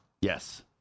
Yes